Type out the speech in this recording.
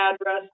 address